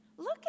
Look